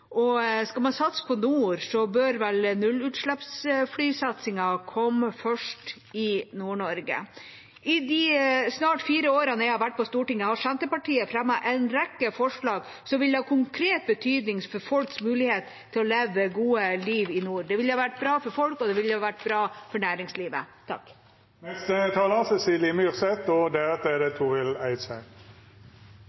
og skal man satse på nord, bør vel nullutslippsfly-satsingen komme først i Nord-Norge. I de snart fire årene jeg har vært på Stortinget, har Senterpartiet fremmet en rekke forslag som ville hatt konkret betydning for folks mulighet til å leve gode liv i nord. Det ville vært bra for folk, og det ville vært bra for næringslivet.